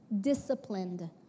disciplined